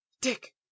dick